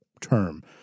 term